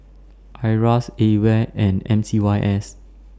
IRAS AWARE and M C Y S